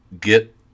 get